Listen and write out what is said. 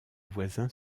voisins